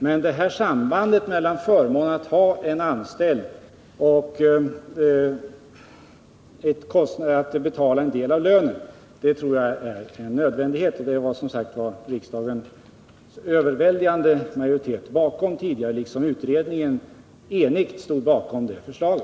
Men detta samband mellan förmånen att ha en anställd och att betala en del av lönen tror jag är en nödvändighet. Det förslaget stod som sagt riksdagens överväldigande majoritet bakom tidigare, liksom den eniga utredningen gjorde.